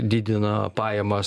didina pajamas